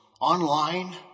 online